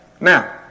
Now